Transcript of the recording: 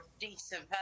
decent